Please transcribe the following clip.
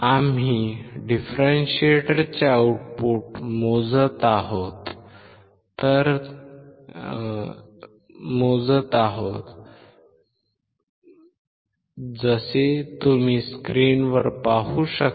आम्ही डिफरेंशिएटरचे आउटपुट मोजत आहोत जसे तुम्ही स्क्रीनवर पाहू शकता